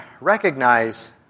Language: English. recognize